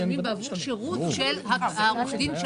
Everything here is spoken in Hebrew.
הם משלמים עבור שירות של עורך הדין של